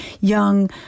young